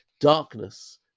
darkness